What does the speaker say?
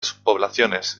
subpoblaciones